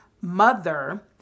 mother